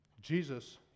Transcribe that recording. jesus